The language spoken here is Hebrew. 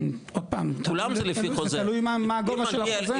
עוד פעם, זה תלוי מה הגובה של החוזה.